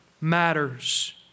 matters